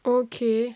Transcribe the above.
okay